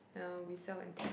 ya we sell antique